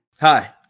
Hi